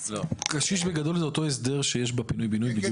קשיש, בגדול, זה אותו הסדר שיש בפינוי בינוי.